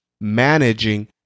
managing